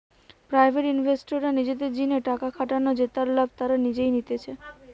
private ইনভেস্টররা নিজেদের জিনে টাকা খাটান জেতার লাভ তারা নিজেই নিতেছে